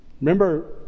Remember